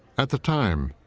at the time,